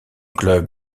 club